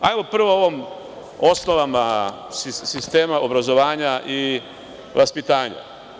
Hajdemo prvo o osnovama sistema obrazovanja i vaspitanja.